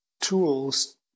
tools